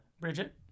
Bridget